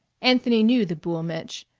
anthony knew the boul' mich',